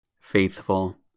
faithful